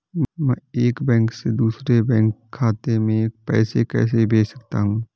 मैं एक बैंक से दूसरे बैंक खाते में पैसे कैसे भेज सकता हूँ?